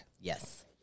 yes